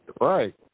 Right